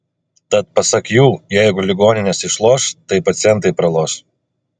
tad pasak jų jeigu ligoninės išloš tai pacientai praloš